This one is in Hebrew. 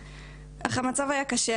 הכאב היה בלתי נסבל.